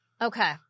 Okay